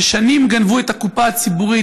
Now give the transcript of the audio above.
ששנים גנבו את הקופה הציבורית,